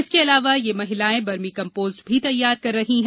इसके अलावा यह महिलाएं बर्मी कम्पोस्ट भी तैयार कर रही है